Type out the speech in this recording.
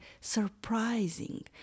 surprising